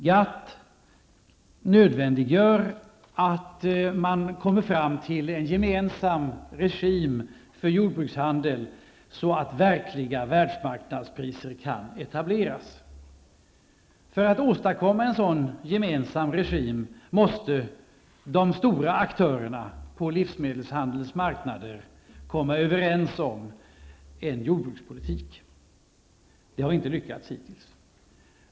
GATT nödvändiggör att man kommer fram till en gemensam regim för jordbrukshandel så att verkliga världsmarknadspriser kan etableras. För att åstadkomma en gemensam regim måste de stora aktörerna på livsmedelshandelsmarknader komma överens om en jordbrukspolitik. Det har inte lyckats hittills.